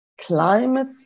climate